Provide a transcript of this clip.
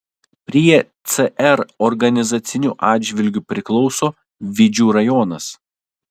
prie cr organizaciniu atžvilgiu priklauso vidžių rajonas